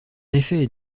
effet